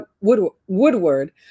Woodward